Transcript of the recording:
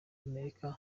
amerika